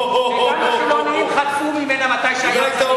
וגם החילונים חטפו ממנה כשהיה צריך,